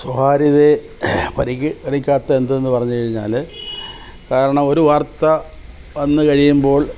സ്വകാര്യതയെ പരിഹരിക്കാത്ത എന്തെന്ന് പറഞ്ഞ് കഴിഞ്ഞാൽ കാരണം ഒരു വാർത്ത വന്ന് കഴിയുമ്പോൾ